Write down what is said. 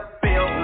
feel